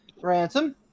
Ransom